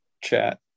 chat